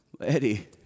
Eddie